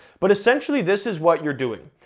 but essentially this is what you're doing.